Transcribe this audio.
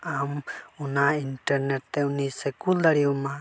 ᱟᱢ ᱚᱱᱟ ᱤᱱᱴᱟᱨᱱᱮᱴ ᱛᱮ ᱩᱱᱤ ᱥᱮ ᱠᱩᱞ ᱫᱟᱲᱮᱭᱟᱢᱟ